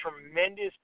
tremendous